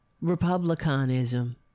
Republicanism